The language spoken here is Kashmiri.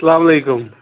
السلامُ علیکُم